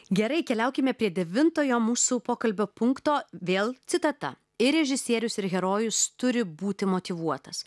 gerai keliaukime prie devintojo mūsų pokalbio punkto vėl citata ir režisierius ir herojus turi būti motyvuotas